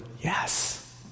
yes